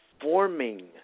forming